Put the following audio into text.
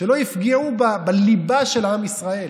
שלא יפגעו בליבה של עם ישראל.